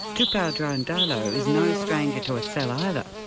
tupow draunidalo is no stranger to a cell either.